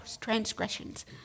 transgressions